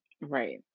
right